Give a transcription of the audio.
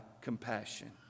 compassion